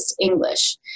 English